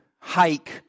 hike